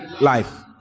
life